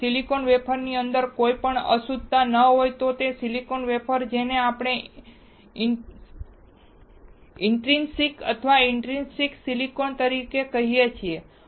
જો સિલિકોન વેફરની અંદર કોઈ અશુદ્ધતા ન હોય તો તે સિલિકોન વેફર જેને આપણે ઇન્ટરિનસિક અથવા ઇન્ટરિનસિક સિલિકોન તરીકે કહીએ છીએ